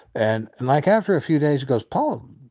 and and like after a few days he goes, paul, um